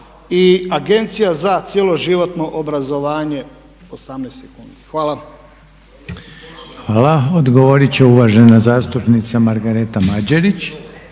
Hvala.